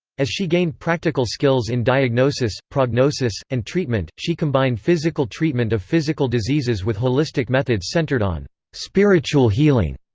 as she gained practical skills in diagnosis, prognosis, and treatment, she combined physical treatment of physical diseases with holistic methods centered on spiritual healing.